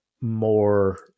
more